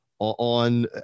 on